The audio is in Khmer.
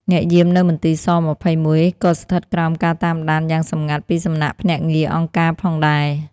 អ្នកយាមនៅមន្ទីរស-២១ ក៏ស្ថិតក្រោមការតាមដានយ៉ាងសម្ងាត់ពីសំណាក់ភ្នាក់ងារអង្គការផងដែរ។